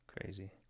Crazy